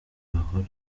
bahora